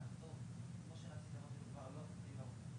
כן או לא קודם.